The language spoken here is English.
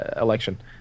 election